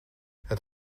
het